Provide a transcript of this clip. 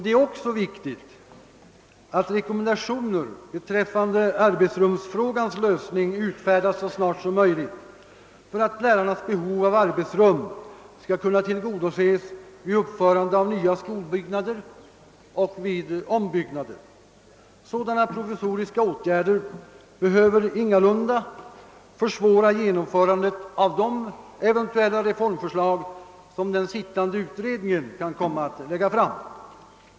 Det är också viktigt att rekommendationer beträffande <arbetsrumsfrågans lösning utfärdas så snart som möjligt, så att lärarnas behov av arbetsrum skall kunna tillgodoses vid uppförande av nya skolbyggnader och vid ombyggnader. Sådana provisoriska åtgärder behöver ingalunda försvåra genomförandet av de eventuella reformförslag som den sittande utredningen kan komma att lägga fram.